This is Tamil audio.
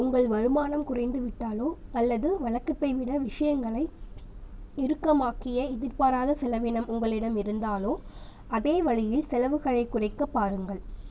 உங்கள் வருமானம் குறைந்துவிட்டாலோ அல்லது வழக்கத்தை விட விஷயங்களை இறுக்கமாக்கிய எதிர்பாராத செலவினம் உங்களிடம் இருந்தாலோ அதே வழியில் செலவுகளைக் குறைக்கப் பாருங்கள்